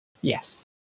Yes